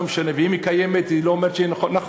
לא משנה, אם היא קיימת זה לא אומר שזה נכון.